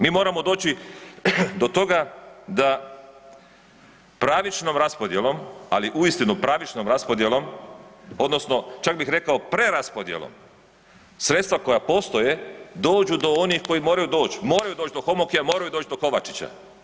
Mi moramo doći do toga da pravičnom raspodjelom, ali uistinu pravičnom raspodjelom odnosno čak bih rekao preraspodjelom sredstva koja postoje dođu do onih kojih moraju doći moraju doći do …/nerazumljivo/… moraju doći do Kovačića.